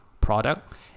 product